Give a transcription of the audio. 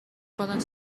poden